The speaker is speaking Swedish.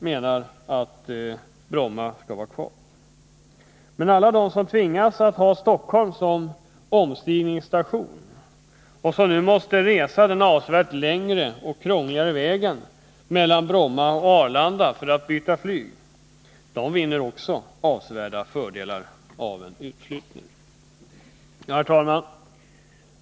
Men alla de som tvingas att ha Stockholm som omstigningssta tion och som nu måste resa den avsevärt längre och krångligare vägen mellan Bromma och Arlanda för att byta flygplan vinner avsevärda fördelar av en Herr talman!